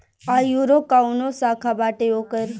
आयूरो काऊनो शाखा बाटे ओकर